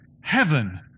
heaven